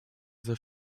there